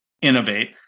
innovate